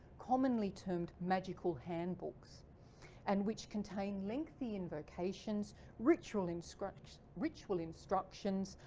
commonly termed magical handbooks and which contain lengthy invocations ritual in script, ritual instructions,